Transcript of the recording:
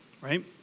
right